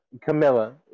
Camilla